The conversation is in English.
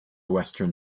western